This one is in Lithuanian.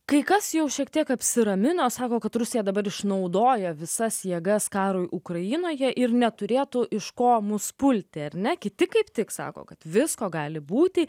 kai kas jau šiek tiek apsiramino sako kad rusija dabar išnaudoja visas jėgas karui ukrainoje ir neturėtų iš ko mus pulti ar ne kiti kaip tik sako kad visko gali būti